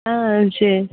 ஆ சரி